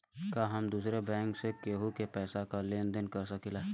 का हम दूसरे बैंक से केहू के पैसा क लेन देन कर सकिला?